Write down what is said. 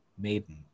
maiden